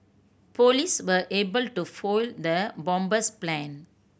police were able to foil the bomber's plan